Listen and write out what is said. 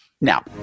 now